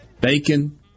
bacon